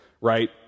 right